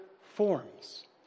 forms